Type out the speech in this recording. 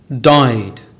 died